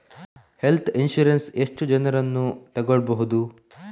Health insurance ಎಷ್ಟು ಜನರನ್ನು ತಗೊಳ್ಬಹುದು?